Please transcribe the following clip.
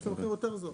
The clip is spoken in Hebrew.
יש לו מחיר יותר זול.